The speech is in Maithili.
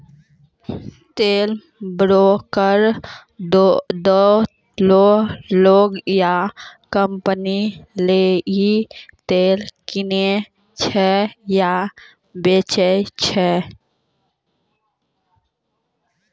शेयर ब्रोकर दोसरो लोग या कंपनी लेली शेयर किनै छै या बेचै छै